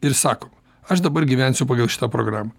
ir sakom aš dabar gyvensiu pagal šitą programą